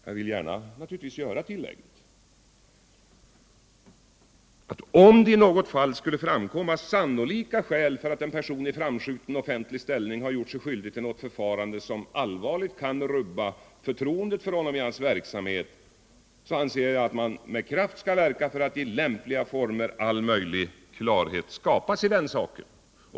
Jag vill naturligtvis gärna göra tillägget att om det i något fall skulle framkomma sannolika skäl för att en person i framskjuten offentlig ställning gjort sig skyldig till något förfarande som allvarligt kan rubba förtroendet för honom i hans verksamhet. anser jag att man med kraft skall verka för att i lämpliga former all möjlig klarhet skapas i saken.